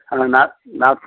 ಅಲ್ಲ ನಾವು